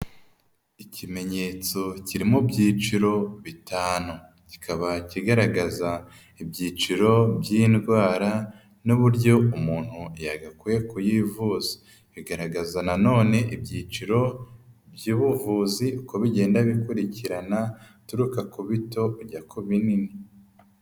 Ikimenyetso kiri mu byiciro bitanu. Kikaba kigaragaza ibyiciro by'indwara n'uburyo umuntu yagakwiye kuyivuza. Bigaragaza na none ibyiciro by'ubuvuzi uko bigenda bikurikirana, uturuka ku bito ujya ku binini.